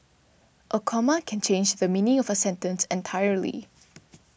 a comma can change the meaning of a sentence entirely